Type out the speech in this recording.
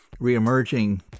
reemerging